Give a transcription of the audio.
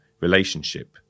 relationship